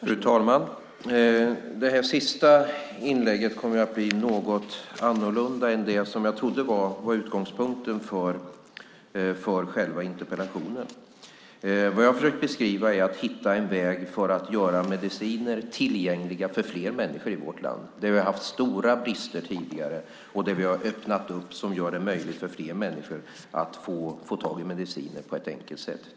Fru talman! Det senaste inlägget kom att bli något annorlunda än det jag trodde var utgångspunkten för själva interpellationen. Vad jag har försökt beskriva är att vi ska hitta en väg för att göra mediciner tillgängliga för fler människor i vårt land. Där har vi haft stora brister tidigare, och vi har nu öppnat det hela så att det blir möjligt för fler människor att få tag i mediciner på ett enkelt sätt.